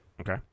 Okay